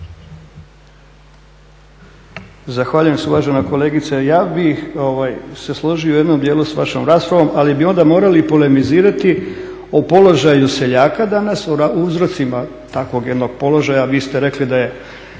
Zahvaljujem se uvažena kolegice, ja bih se složio u jednom dijelu s vašom raspravom ali bi onda morali i polemizirati o položaju seljaka danas, o uzrocima takvog jednog položaja, vi ste rekli da je